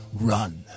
Run